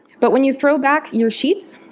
but when you throw back your sheets,